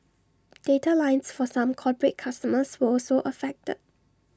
data lines for some corporate customers were also affected